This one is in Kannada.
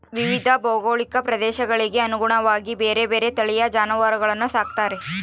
ವಿವಿಧ ಭೌಗೋಳಿಕ ಪ್ರದೇಶಗಳಿಗೆ ಅನುಗುಣವಾಗಿ ಬೇರೆ ಬೇರೆ ತಳಿಯ ಜಾನುವಾರುಗಳನ್ನು ಸಾಕ್ತಾರೆ